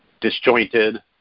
disjointed